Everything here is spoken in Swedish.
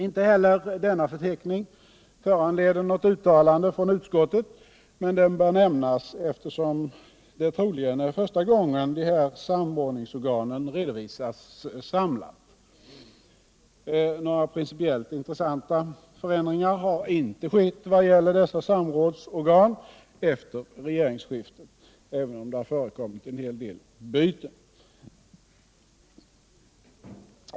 Inte heller denna förteckning föranleder något uttalande från utskottet, men den bör nämnas eftersom det troligen är första gången som de här samordningsorganen redovisas samlat. Några principiellt intressanta förändringar har inte skett vad gäller dessa samrådsorgan efter regeringsskiftet, även om det har förekommit en hel del byten.